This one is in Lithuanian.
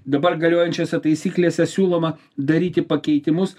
dabar galiojančiose taisyklėse siūloma daryti pakeitimus